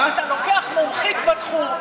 אתה לוקח מומחית בתחום,